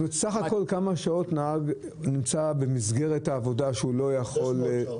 בסך הכול כמה שעות נהג נמצא במסגרת העבודה ולא יכול להתפנות?